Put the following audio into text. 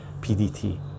PDT